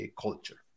culture